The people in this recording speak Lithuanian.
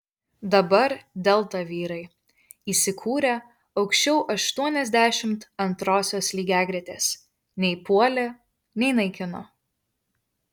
dabar delta vyrai įsikūrę aukščiau aštuoniasdešimt antrosios lygiagretės nei puolė nei naikino